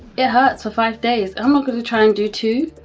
it hurts for five days. i'm not going to try and do two?